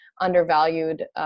undervalued